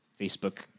Facebook